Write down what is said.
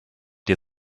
dir